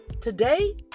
Today